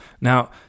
Now